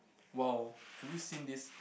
!wow! have you seen this